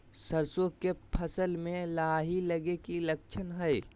सरसों के फसल में लाही लगे कि लक्षण हय?